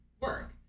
work